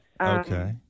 Okay